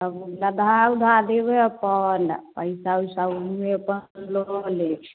सब गदहा उदहा देबै अपन पैसा वैसा हूएँ अपन लऽ लेब